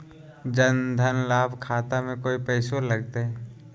जन धन लाभ खाता में कोइ पैसों लगते?